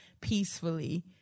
peacefully